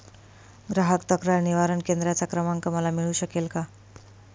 ग्राहक तक्रार निवारण केंद्राचा क्रमांक मला मिळू शकेल का?